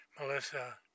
Melissa